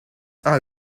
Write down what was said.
are